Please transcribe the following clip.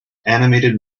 animated